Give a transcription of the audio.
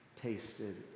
tasted